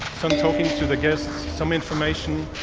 some talking to the guests, some information.